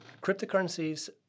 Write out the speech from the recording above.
Cryptocurrencies